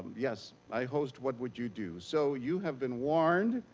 yes, i host what would you do. so you have been warned.